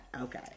Okay